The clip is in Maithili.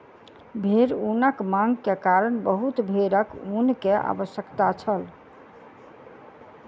भेड़ ऊनक मांग के कारण बहुत भेड़क ऊन के आवश्यकता छल